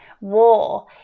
war